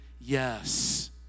yes